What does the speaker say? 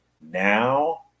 now